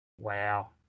Wow